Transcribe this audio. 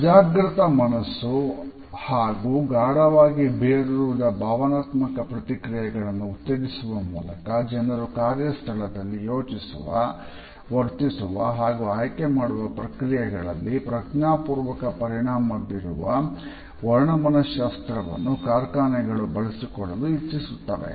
ಅಜಾಗೃತ ಮನಸ್ಸು ಹಾಗೂ ಗಾಢವಾಗಿ ಬೇರೂರಿದ ಭಾವನಾತ್ಮಕ ಪ್ರತಿಕ್ರಿಯೆಗಳನ್ನು ಉತ್ತೇಜಿಸುವ ಮೂಲಕ ಜನರು ಕಾರ್ಯಸ್ಥಳದಲ್ಲಿ ಯೋಚಿಸುವ ವರ್ತಿಸುವ ಹಾಗೂ ಆಯ್ಕೆಮಾಡುವ ಪ್ರಕ್ರಿಯೆಯಲ್ಲಿ ಪ್ರಜ್ಞಾಪೂರ್ವಕ ಪರಿಣಾಮ ಬೀರುವ ವರ್ಣ ಮನಃಶಾಸ್ತ್ರವನ್ನು ಕಾರ್ಖಾನೆಗಳು ಬಳಸಿಕೊಳ್ಳಲು ಇಚ್ಚಿಸುತ್ತವೆ